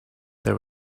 there